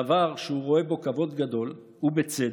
דבר שהוא רואה בו כבוד גדול, ובצדק,